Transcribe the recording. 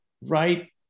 right